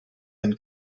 and